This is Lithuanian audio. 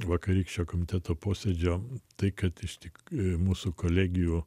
vakarykščio komiteto posėdžio tai kad iš tikrųjų mūsų kolegijų